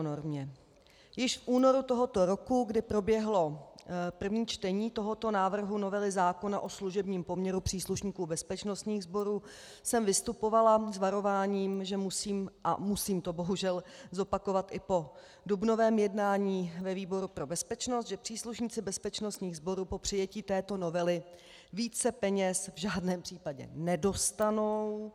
Již v únoru tohoto roku, kdy proběhlo první čtení tohoto návrhu novely zákona o služebním poměru příslušníků bezpečnostních sborů, jsem vystupovala s varováním, a musím to bohužel zopakovat i po dubnovém jednání ve výboru pro bezpečnost, že příslušníci bezpečnostních sborů po přijetí této novely více peněz v žádném případě nedostanou.